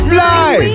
Fly